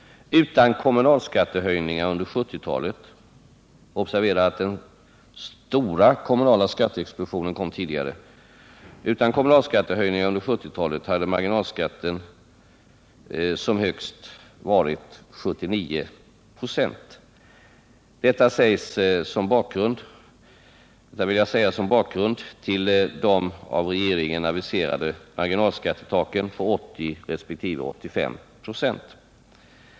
Utan kommunalskattehöjningar under 1970-talet — observera att den stora kommunala skatteexplosionen kom tidigare! — hade marginalskatten som högst varit 79 2. Detta vill jag säga som bakgrund till de av regeringen aviserade marginalskattetaken på 80 resp. 85 26.